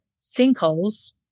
sinkholes